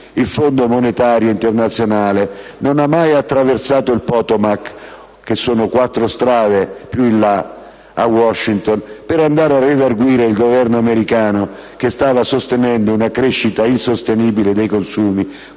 il Fondo monetario internazionale non ha mai attraversato il Potomac, che si trova poco distante, a Washington, per andare a redarguire il Governo americano, che stava sostenendo una crescita insostenibile dei consumi,